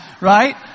right